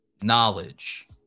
knowledge